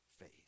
faith